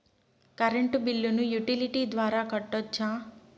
Current బిల్లును utility ద్వారా కట్టొచ్చా?